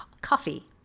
coffee